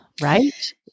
right